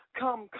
come